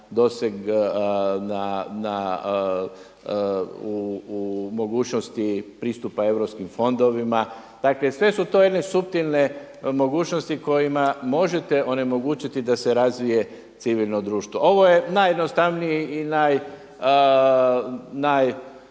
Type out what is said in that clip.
doseg u mogućnosti pristupa europskim fondovima. Dakle, sve su to jedne suptilne mogućnosti kojima možete onemogućiti da se razvije civilno društvo. Ovo je najjednostavniji i najučinkovitiji